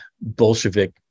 Bolshevik